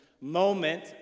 moment